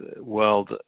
world